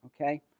okay